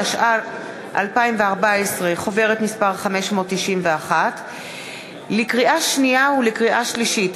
התשע"ה 2014. לקריאה שנייה ולקריאה שלישית: